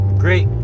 great